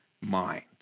mind